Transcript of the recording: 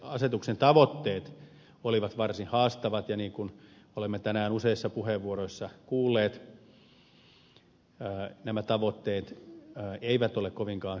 asetuksen tavoitteet olivat varsin haastavat ja niin kuin olemme tänään useissa puheenvuoroissa kuulleet nämä tavoitteet eivät ole kovinkaan hyvin toteutuneet